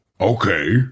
Okay